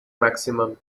maximum